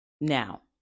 Now